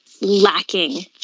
lacking